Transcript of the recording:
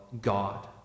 God